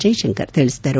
ಜೈಶಂಕರ್ ತಿಳಿಸಿದರು